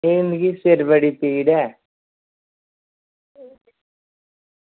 एह् मिगी सिर बड़ी पीड़ ऐ